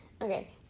Okay